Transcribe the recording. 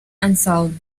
unsolved